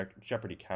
Jeopardy